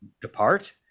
depart